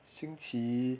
星期